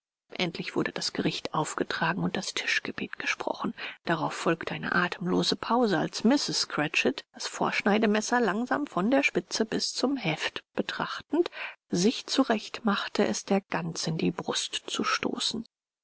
endlich wurde das gericht aufgetragen und das tischgebet gesprochen darauf folgte eine atemlose pause als mrs cratchit das vorschneidemesser langsam von der spitze bis zum heft betrachtend sich zurecht machte es der gans in die brust zu stoßen